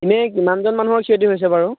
এনেই কিমানজন মানুহৰ ক্ষতি হৈছে বাৰু